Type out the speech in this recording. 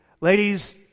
Ladies